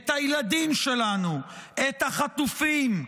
את הילדים שלנו, את החטופים.